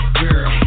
girl